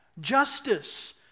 justice